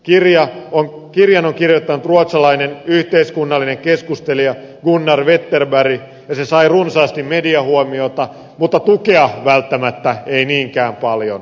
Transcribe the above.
kirjan on kirjoittanut ruotsalainen yhteiskunnallinen keskustelija gunnar wetterberg ja se sai runsaasti mediahuomiota mutta ei välttämättä tukea niinkään paljon